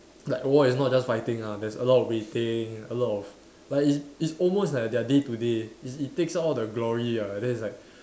like war is not just fighting ah there's a lot waiting a lot of like it's it's almost like their day to day it's it takes out all the glory ah then it's like